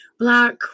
black